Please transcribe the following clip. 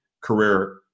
career